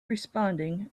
responding